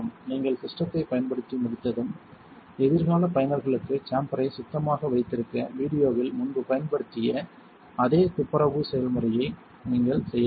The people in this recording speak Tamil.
நீங்கள் சிஸ்டத்தைப் பயன்படுத்தி முடித்ததும் எதிர்கால பயனர்களுக்கு சேம்பரை சுத்தமாக வைத்திருக்க வீடியோவில் முன்பு பயன்படுத்திய அதே துப்புரவு செயல்முறையை நீங்கள் செய்ய வேண்டும்